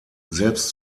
selbst